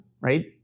right